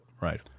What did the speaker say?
Right